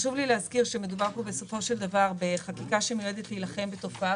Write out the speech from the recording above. מדובר פה בסופו של דבר בחקיקה שמיועדת להילחם בתופעה